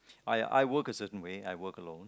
I I work a certain way I work along